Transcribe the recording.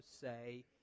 say